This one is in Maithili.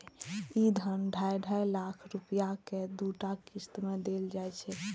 ई धन ढाइ ढाइ लाख रुपैया के दूटा किस्त मे देल जाइ छै